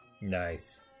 Nice